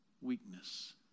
weakness